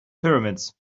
pyramids